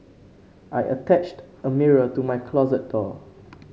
I attached a mirror to my closet door